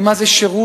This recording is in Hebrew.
ומה זה שירות,